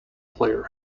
player